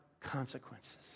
consequences